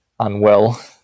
unwell